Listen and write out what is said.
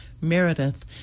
Meredith